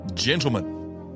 gentlemen